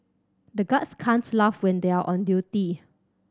the guards can't laugh when they are on duty